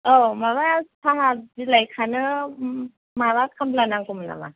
औ माबा साहा बिलाइ खानो माबा खामला नांगौमोन नामा